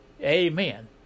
Amen